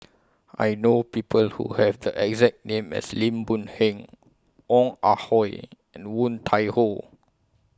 I know People Who Have The exact name as Lim Boon Heng Ong Ah Hoi and Woon Tai Ho